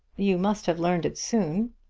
you must have learned it soon.